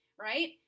right